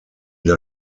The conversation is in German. der